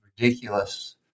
ridiculous